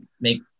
make